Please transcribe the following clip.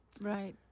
Right